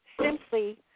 simply